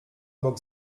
bok